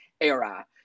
era